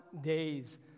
days